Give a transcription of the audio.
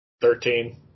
Thirteen